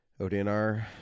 ODNR